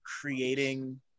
creating